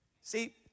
See